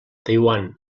taiwan